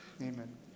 amen